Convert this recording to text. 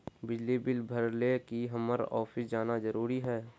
बिजली बिल भरे ले की हम्मर ऑफिस जाना है जरूरी है?